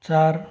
चार